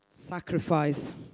Sacrifice